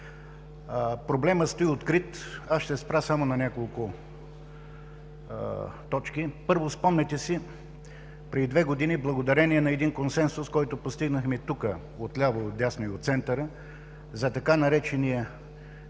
Проблемът стои открит. Аз ще се спра само на няколко точки. Първо, спомняте си, преди две години благодарение на един консенсус, който постигнахме тук от ляво, от дясно и от центъра за така наречения